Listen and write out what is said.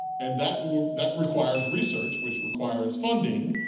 and that that requires research which requires funding,